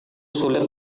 sulit